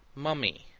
mummy,